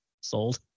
sold